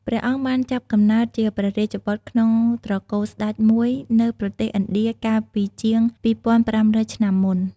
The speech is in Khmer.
ព្រះអង្គបានចាប់កំណើតជាព្រះរាជបុត្រក្នុងត្រកូលស្ដេចមួយនៅប្រទេសឥណ្ឌាកាលពីជាង ២៥០០ ឆ្នាំមុន។